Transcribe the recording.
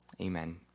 amen